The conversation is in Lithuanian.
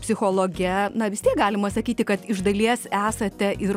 psichologe na vis tiek galima sakyti kad iš dalies esate ir